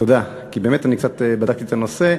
תודה, כי באמת אני קצת בדקתי את הנושא.